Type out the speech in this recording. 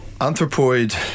Anthropoid